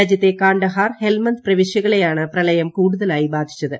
രാജ്യത്തെ കാണ്ഡഹാർ ഹെൽമന്ദ് പ്രവിശ്യകളെയാണ് പ്രളയം കൂടുതലായി ബാധിച്ചത്